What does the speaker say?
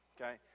okay